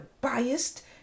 biased